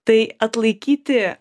tai atlaikyti